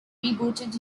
rebooted